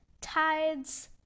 Tides